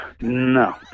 No